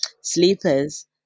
Sleepers